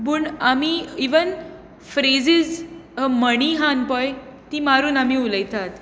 पूण आमी even phrases म्हणी आसात पळय ती मारून आमी उलयतात